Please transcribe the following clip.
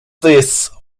this